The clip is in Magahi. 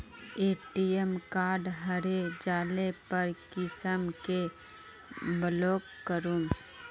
ए.टी.एम कार्ड हरे जाले पर कुंसम के ब्लॉक करूम?